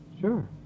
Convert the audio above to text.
Sure